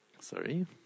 Sorry